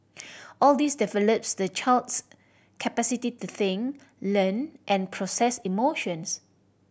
all this develops the child's capacity to think learn and process emotions